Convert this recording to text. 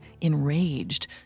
enraged